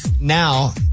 now